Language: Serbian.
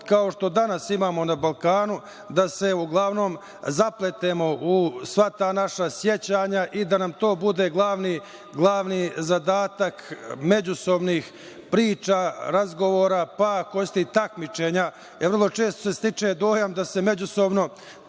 kao što danas imamo na Balkanu da se uglavnom zapletemo u sva ta naša sećanja i da nam to bude glavni zadatak međusobnih priča, razgovora, pa ako hoćete i takmičenja, jer vrlo često se stiče dojam da se međusobno